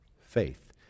faith